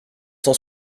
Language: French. cent